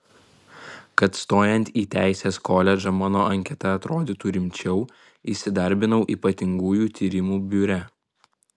kad stojant į teisės koledžą mano anketa atrodytų rimčiau įsidarbinau ypatingųjų tyrimų biure